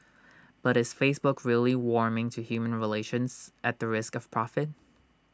but is Facebook really warming to human relations at the risk of profit